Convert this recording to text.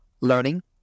learning